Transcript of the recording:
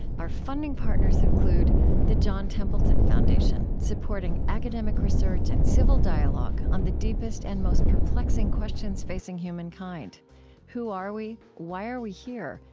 our funding partners include the john templeton foundation, supporting academic research and civil dialogue on the deepest and on most perplexing questions facing humankind who are we? why are we here?